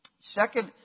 Second